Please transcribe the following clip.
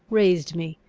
raised me,